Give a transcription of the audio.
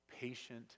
patient